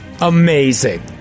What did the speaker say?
Amazing